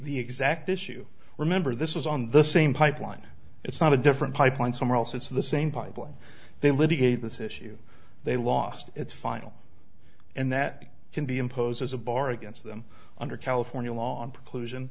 the exact issue remember this was on the same pipeline it's not a different pipeline somewhere else it's the same pipeline they litigate this issue they lost its final and that can be imposed as a bar against them under california law in preclu